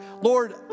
Lord